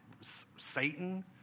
Satan